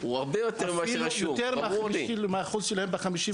המדווח ואפילו יותר גבוה מאחוז הנערים שעובדים בחברה היהודים.